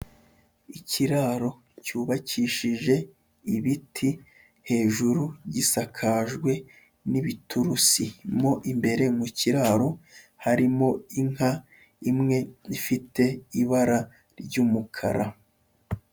Ikiraro cyubakishije ibiti, hejuru gisakajwe n'ibiturusi. Mo imbere mu kiraro harimo inka imwe ifite ibara ry'umukara.